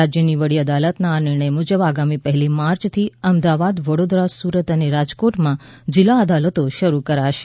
રાજ્યની વડી અદાલતના આ નિર્ણય મુજબ આગામી પહેલી માર્ચથી અમદાવાદ વડોદરા સુરત અને રાજકોટમાં જિલ્લા અદાલતો શરૂ કરાશે